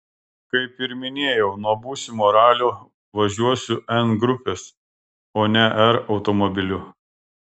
kaip ir minėjau nuo būsimo ralio važiuosiu n grupės o ne r automobiliu